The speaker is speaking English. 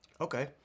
Okay